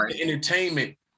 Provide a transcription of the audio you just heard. entertainment